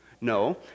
No